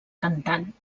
cantant